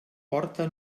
porta